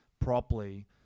properly